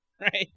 Right